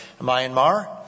Myanmar